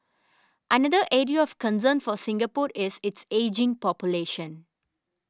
another area of concern for Singapore is its ageing population